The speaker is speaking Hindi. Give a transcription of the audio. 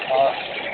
हाँ